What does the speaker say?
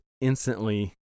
instantly